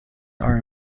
are